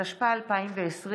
התשפ"א 2020,